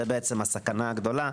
זה הסכנה הגדולה.